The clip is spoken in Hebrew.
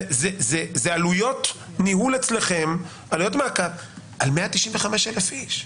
זה עלויות ניהול ועלויות מעקב על 195,000 איש.